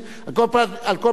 על כל פנים,